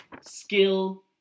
skill